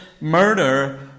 murder